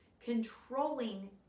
controlling